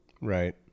Right